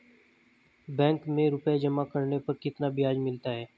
Bank में रुपये जमा करने पर कितना ब्याज मिलता है?